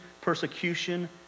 persecution